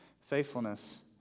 faithfulness